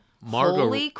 Margot